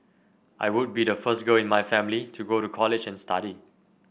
I would be the first girl in my family to go to college and study